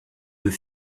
deux